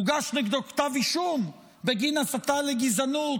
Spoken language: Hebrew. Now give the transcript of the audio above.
הוגש נגדו כתב אישום בגין הסתה לגזענות,